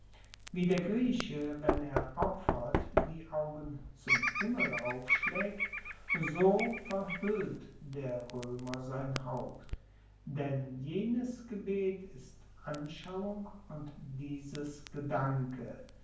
wie der grieche wenn er opfert die augen zum himmel aufschlaegt so verhuellt der roemer sein haupt denn jenes gebet ist anschauung und dieses gedanke